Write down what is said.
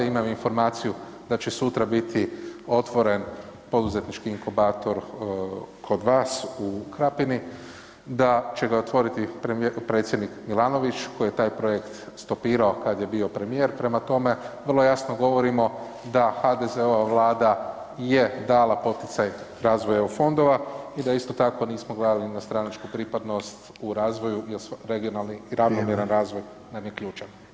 Imam informaciju da će sutra biti otvoren poduzetnički inkubator kod vas u Krapini, da će ga otvoriti predsjednik Milanović koji je taj projekt stopirao kad je bio premijer, prema tome, vrlo jasno govorimo da HDZ-ova Vlada je dala poticaj razvoja EU fondova i da isto tako nismo gledali na stranačku pripadnost u razvoju jer regionalni [[Upadica: Vrijeme.]] i ravnomjerni razvoj nam je ključan.